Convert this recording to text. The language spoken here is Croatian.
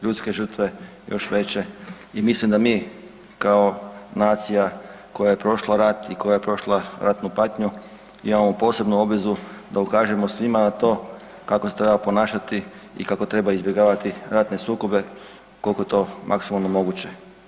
Ljudske žrtve još veće i mislim da mi kao nacija koja je prošla rat i koja je prošla ratnu patnju imamo posebnu obvezu da ukažemo svima na to kako se treba ponašati i kako treba izbjegavati ratne sukobe koliko je to maksimalno moguće.